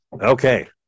Okay